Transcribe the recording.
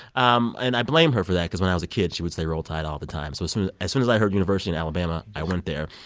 um and i blame her for that because when i was a kid, she would say, roll tide, all the time. so as soon as i heard university in alabama, i went there.